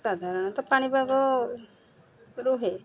ସାଧାରଣତଃ ପାଣିପାଗ ରୁହେ